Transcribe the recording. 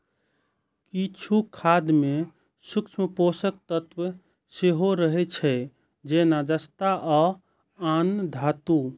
किछु खाद मे सूक्ष्म पोषक तत्व सेहो रहै छै, जेना जस्ता आ आन धातु